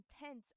intense